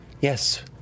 Yes